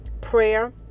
prayer